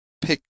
pick